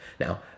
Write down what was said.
Now